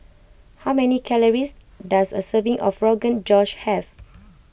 how many calories does a serving of Rogan Josh have